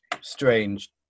Strange